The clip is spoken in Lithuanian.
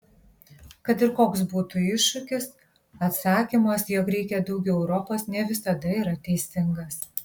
kad ir koks būtų iššūkis atsakymas jog reikia daugiau europos ne visada yra teisingas